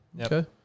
Okay